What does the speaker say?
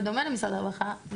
בדומה למשרד הרווחה,